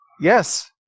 Yes